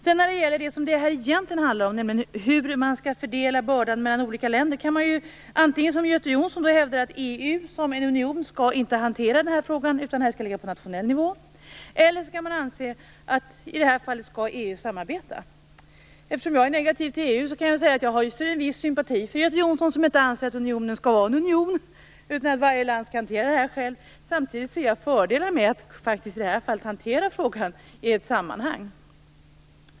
Detta handlar egentligen om hur man skall fördela bördan mellan olika länder. Antingen kan man som Göte Jonsson hävda att EU som union inte skall hantera frågan utan att den skall ligga på nationell nivå. Eller kan man anse att EU skall samarbeta i det här fallet. Eftersom jag är negativ till EU kan jag säga att jag hyser en viss sympati för Göte Jonsson som inte anser att unionen skall vara en union utan att varje land skall hantera detta självt. Samtidigt ser jag fördelar med att i det här fallet faktiskt hantera frågan i ett sammanhang.